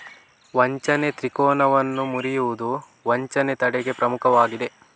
ವಂಚನೆ ತ್ರಿಕೋನವನ್ನು ಮುರಿಯುವುದು ವಂಚನೆ ತಡೆಗೆ ಪ್ರಮುಖವಾಗಿದೆ